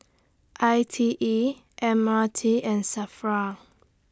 I T E M R T and SAFRA